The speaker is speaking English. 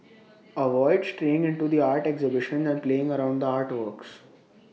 avoid straying into the art exhibitions and playing around the artworks